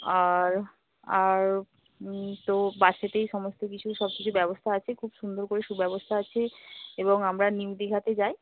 আর আর তো বাসেতেই সমস্ত কিছু সবকিছু ব্যবস্থা আছে খুব সুন্দর করে সুব্যবস্থা আছে এবং আমরা নিউ দীঘাতে যাই